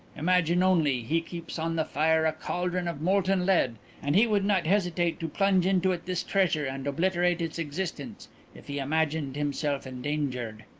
imagine only, he keeps on the fire a cauldron of molten lead and he would not hesitate to plunge into it this treasure and obliterate its existence if he imagined himself endangered.